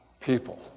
people